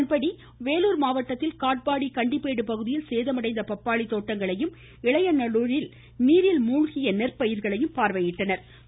இதன்படி வேலூர் மாவட்டத்தில் காட்பாடி கண்டிப்பேடு பகுதியில் சேதமடைந்த பப்பாளி தோட்டங்களையும் இளையநல்லூரில் நீரில் மூழ்கிய நெற்பயிர்களையும் பார்வையிட்டு ஆய்வு செய்தனர்